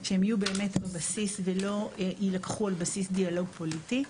שהם יהיו באמת בבסיס ולא יילקחו על בסיס דיאלוג פוליטי.